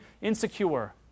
insecure